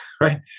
right